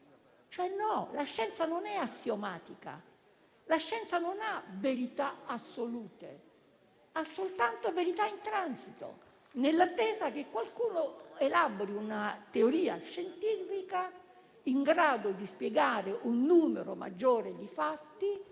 No, la scienza non è assiomatica, non ha verità assolute, ma solo verità in transito, nell'attesa che qualcuno elabori una teoria scientifica in grado di spiegare un numero maggiore di fatti